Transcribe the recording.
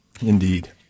Indeed